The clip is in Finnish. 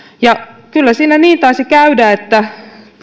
ja kyllä siinä niin taisi käydä että